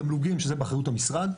תמלוגים שזה באחריות המשרד,